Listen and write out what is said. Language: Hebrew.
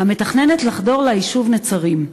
המתכננת לחדור ליישוב נצרים.